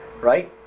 Right